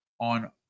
on